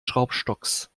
schraubstocks